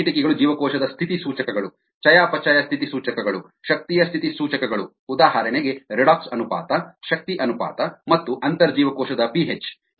ಕೆಲವು ಕಿಟಕಿಗಳು ಜೀವಕೋಶದ ಸ್ಥಿತಿ ಸೂಚಕಗಳು ಚಯಾಪಚಯ ಸ್ಥಿತಿ ಸೂಚಕಗಳು ಶಕ್ತಿಯ ಸ್ಥಿತಿ ಸೂಚಕಗಳು ಉದಾಹರಣೆಗೆ ರೆಡಾಕ್ಸ್ ಅನುಪಾತ ಶಕ್ತಿ ಅನುಪಾತ ಮತ್ತು ಅಂತರ್ಜೀವಕೋಶದ ಪಿಹೆಚ್